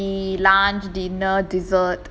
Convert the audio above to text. can be lunch dinner dessert